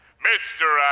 mr.